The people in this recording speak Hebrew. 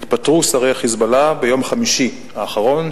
התפטרו שרי ה"חיזבאללה" ביום חמישי האחרון,